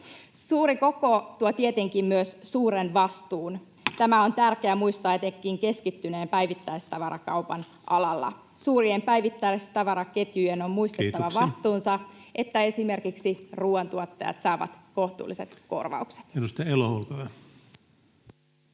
Suuri koko tuo tietenkin myös suuren vastuun. Tämä on tärkeää muistaa etenkin keskittyneen päivittäistavarakaupan alalla. Suurien päivittäistavaraketjujen on muistettava vastuunsa, [Puhemies: Kiitoksia!] jotta esimerkiksi ruoantuottajat saavat kohtuulliset korvaukset.